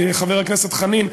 חבר הכנסת חנין,